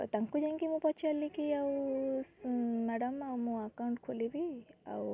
ତାଙ୍କୁ ଯାଇକି ମୁଁ ପଚାରିଲି କି ଆଉ ମ୍ୟାଡ଼ାମ୍ ଆଉ ମୁଁ ଆକାଉଣ୍ଟ୍ ଖୋଲିବି ଆଉ